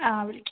ആ വിളിക്കാം